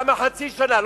למה חצי שנה?